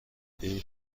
این